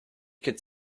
could